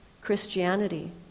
Christianity